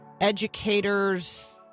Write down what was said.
Educators